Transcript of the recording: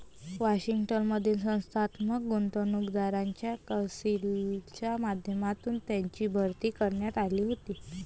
Washington मधील संस्थात्मक गुंतवणूकदारांच्या कौन्सिलच्या माध्यमातून त्यांची भरती करण्यात आली होती